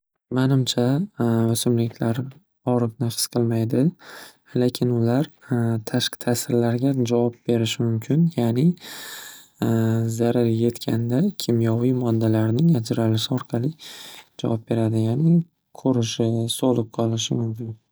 Manimcha o'simliklar og'riqni his qilmaydi. Lekin ular tashqi ta'sirlarga javob berishi mumkin. Ya'ni, zarar yetkanda kimyoviy moddalarni ajralishi orqali javob beradi. Ya'ni, qurishi, so'lib qolishi mumkin.